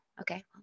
okay